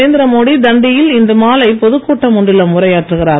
நரேந்திரமோடி தண்டியில் இன்று மாலை பொதுகூட்டம் ஒன்றிலும் உரையாற்றுகிறார்